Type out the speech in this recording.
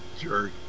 jerk